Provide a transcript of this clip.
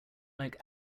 like